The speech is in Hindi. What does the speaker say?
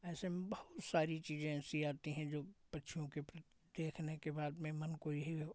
ऐसे में बहुत सारी चीज़ें ऐसी आती हैं जो पक्षियों के थोड़े समय के बाद मन को यही है